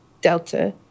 Delta